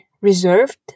reserved